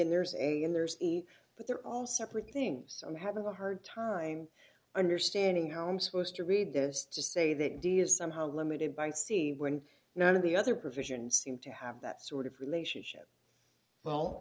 and there's a and there's a but they're all separate things i'm having a hard time understanding how i'm supposed to read this to say that india is somehow limited by c when none of the other provisions seem to have that sort of relationship well